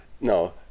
no